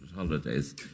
holidays